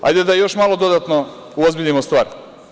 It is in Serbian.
Hajde da još malo dodatno uozbiljimo stvar.